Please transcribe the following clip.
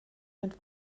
mit